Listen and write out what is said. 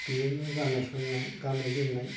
बेनो गाननाय जोमनाय